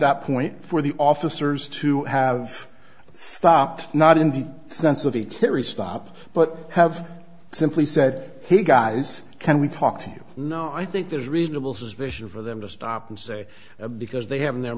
that point for the officers to have stopped not in the sense of a terry stop but have simply said hey guys can we talk to you know i think there's reasonable suspicion for them to stop and say because they have in their